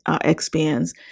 expands